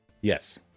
Yes